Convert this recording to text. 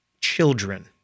children